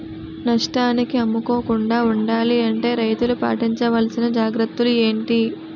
నష్టానికి అమ్ముకోకుండా ఉండాలి అంటే రైతులు పాటించవలిసిన జాగ్రత్తలు ఏంటి